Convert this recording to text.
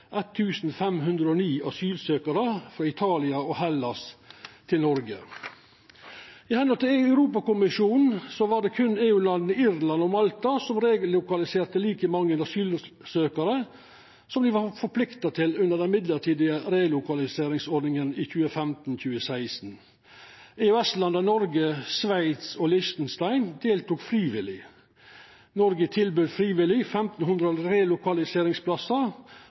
frå Italia og Hellas til Noreg. Ifølgje Europakommisjonen var det berre EU-landa Irland og Malta som relokaliserte like mange asylsøkjarar som dei var forplikta til under den mellombelse relokaliseringsordninga i 2015/2016. EØS-landa Noreg, Sveits og Liechtenstein deltok frivillig. Noreg tilbaud frivillig